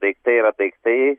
daiktai yra daiktai